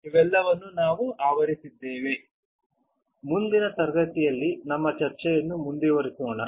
ಇವೆಲ್ಲವನ್ನೂ ನಾವು ಆವರಿಸಿದ್ದೇವೆ ಮುಂದಿನ ತರಗತಿಯಲ್ಲಿ ನಮ್ಮ ಚರ್ಚೆಯನ್ನು ಮುಂದುವರಿಸೋಣ